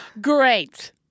Great